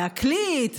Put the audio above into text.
להקליט,